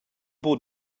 buca